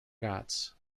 ghats